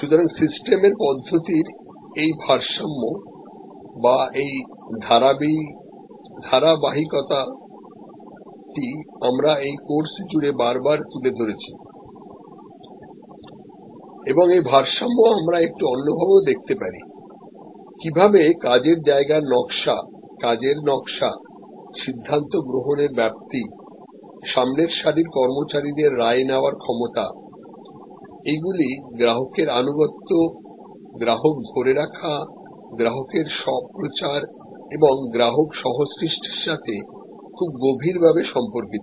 সুতরাং সিস্টেমের পদ্ধতির এই ভারসাম্য বা এই ধারাবাহিকতাটি আমরা এই কোর্স জুড়ে বারবার তুলে ধরেছি এবং এই ভারসাম্যআমরা একটু অন্য ভাবেও দেখতে পারিকীভাবে কাজের জায়গার নকশা কাজের নকশা সিদ্ধান্ত গ্রহণের ব্যাপ্তি সামনের সারির কর্মচারীদের রায় নেওয়ার ক্ষমতা এইগুলি গ্রাহকের আনুগত্য গ্রাহক ধরে রাখাগ্রাহকের স্বপ্রচার এবং গ্রাহক সহ সৃষ্টির সাথে খুব গভীরভাবে সম্পর্কিত